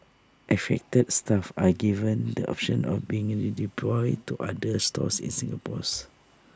affected staff are given the option of being redeployed to other stores in Singapore's